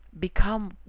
become